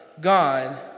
God